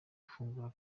gufungura